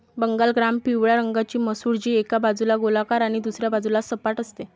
Bengal gram पिवळ्या रंगाची मसूर, जी एका बाजूला गोलाकार आणि दुसऱ्या बाजूला सपाट असते